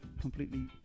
completely